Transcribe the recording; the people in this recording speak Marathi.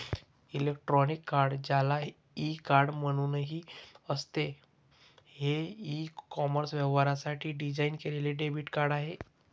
इलेक्ट्रॉनिक कार्ड, ज्याला ई कार्ड म्हणूनही असते, हे ई कॉमर्स व्यवहारांसाठी डिझाइन केलेले डेबिट कार्ड आहे